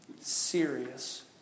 serious